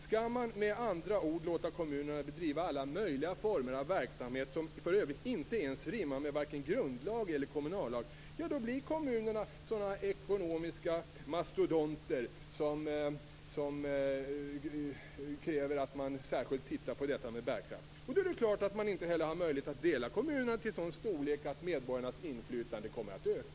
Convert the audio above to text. Skall man med andra ord låta kommunerna bedriva alla möjliga former av verksamhet, som för övrigt inte ens rimmar med varken grundlag eller kommunallag, blir kommunerna ekonomiska mastodonter. Då är det självklart att det inte heller är lika lätt att dela kommunerna till en sådan storlek att medborgarnas inflytande kommer att öka.